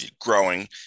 growing